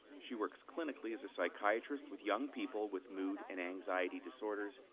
she works clinically as a psychiatrist with young people with mood and anxiety disorders,